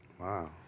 Wow